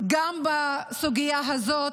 בסוגיה הזאת,